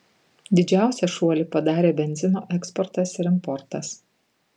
didžiausią šuolį padarė benzino eksportas ir importas